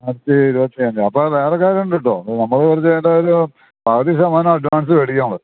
March ഇരുപത്തിയഞ്ച് അപ്പോൾ വേറൊരു കാര്യമുണ്ട് കേട്ടോ നമ്മൾ ചെയ്യണ്ടതൊരു പകുതി ശതമാനം അഡ്വാൻസ് മേടിക്കും നമ്മൾ